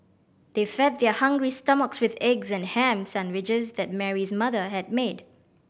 they fed their hungry stomachs with eggs and ham sandwiches that Mary's mother had made